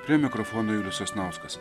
prie mikrofono julius sasnauskas